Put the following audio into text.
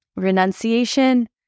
renunciation